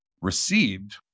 received